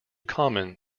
common